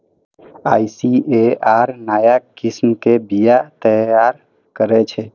ICAR नया किस्म के बीया तैयार करै छै